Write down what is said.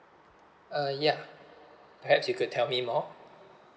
uh ya perhaps you could tell me more